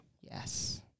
Yes